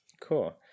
Cool